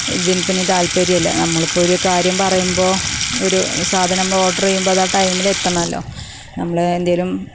ഇതിന് പിന്നെ താൽപര്യം ഇല്ല നമ്മൾ ഇപ്പം ഒരു കാര്യം പറയുമ്പോൾ ഒരു സാധനം നമ്മൾ ഓർഡർ ചെയ്യുമ്പോൾ അത് ആ ടൈമിൽ എത്തണമല്ലോ നമ്മൾ എന്തെങ്കിലും